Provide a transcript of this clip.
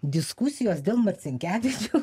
diskusijos dėl marcinkevičiaus